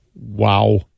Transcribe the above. Wow